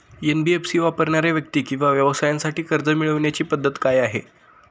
NBFC वापरणाऱ्या व्यक्ती किंवा व्यवसायांसाठी कर्ज मिळविण्याची पद्धत काय आहे?